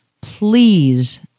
please